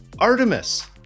Artemis